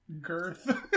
Girth